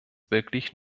wirklich